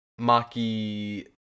Maki